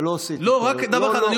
אתה לא עושה, לא, רק דבר אחד, לא לא.